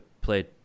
played